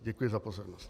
Děkuji za pozornost.